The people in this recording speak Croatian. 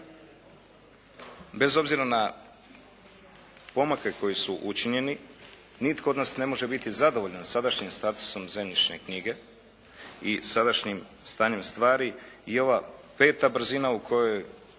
bez obzira na pomake koji su učinjeni nitko od nas ne može biti zadovoljan sadašnjim statusom zemljišne knjige i sadašnjim stanjem stvari. I ova peta brzina u kojoj